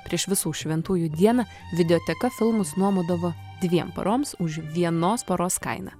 prieš visų šventųjų dieną videoteka filmus nuomodavo dviem paroms už vienos paros kainą